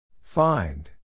Find